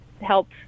help